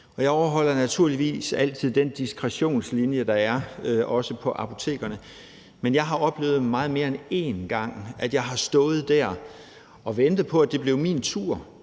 jeg overholder naturligvis altid den diskretionslinje, der er, også på apotekerne. Men jeg har oplevet det mere end en gang, når jeg har stået der og ventet på, at det blev min tur: